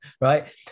right